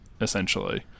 essentially